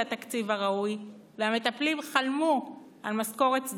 את התקציב הראוי והמטפלים חלמו על משכורת סדירה,